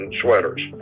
sweaters